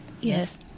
Yes